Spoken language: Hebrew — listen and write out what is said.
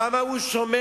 כמה הוא שומע